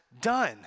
done